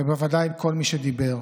ובוודאי כל מי שדיבר.